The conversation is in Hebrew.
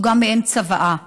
זו גם מעין צוואה: